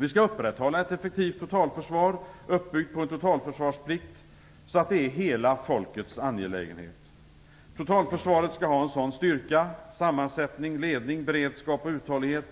Vi skall upprätthålla ett effektivt totalförsvar uppbyggt på en totalförsvarsplikt, så att det är en hela folkets angelägenhet. Totalförsvaret skall ha en sådan styrka, sammansättning, ledning, beredskap och uthållighet